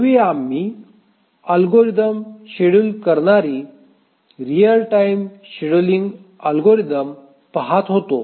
पूर्वी आम्ही algorithm schedule करणारी रिअल टाइम शेड्यूलिंग अल्गोरिथम पहात होतो